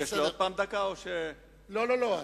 יש לי עוד פעם דקה, או, לא, לא.